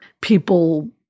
People